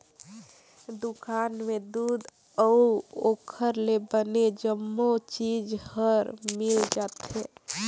दुकान में दूद अउ ओखर ले बने जम्मो चीज हर मिल जाथे